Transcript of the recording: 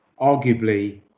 arguably